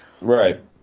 Right